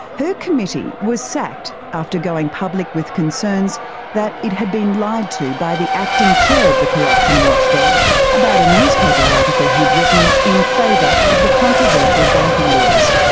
her committee was sacked after going public with concerns that it had been lied to by the acting chair of the corruption watchdog about a newspaper article he'd written in favour of the controversial bikie laws.